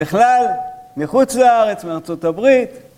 בכלל, מחוץ לארץ, מארצות הברית,